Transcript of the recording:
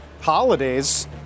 holidays